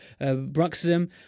bruxism